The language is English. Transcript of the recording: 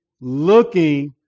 looking